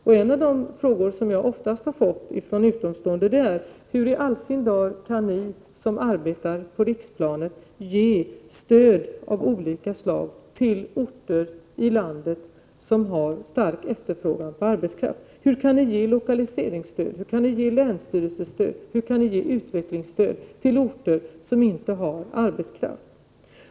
Dentyp av frågor som jag oftast har fått från utomstående är: Hur i all sin dar kan ni som arbetar på riksplanet ge stöd av olika slag till orter som har stark efterfrågan på arbetskraft? Hur kan ni ge lokaliseringsstöd, hur kan ni ge länsstyrelsestöd, hur kan ni ge utvecklingsstöd till orter som inte har tillräckligt med arbetskraft?